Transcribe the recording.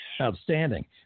Outstanding